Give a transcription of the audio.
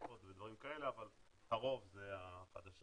השחתות ודברים כאלה, אבל הרוב זה החדשות.